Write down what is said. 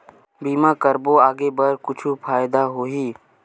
बीमा करबो आगे बर कुछु फ़ायदा होही?